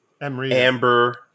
Amber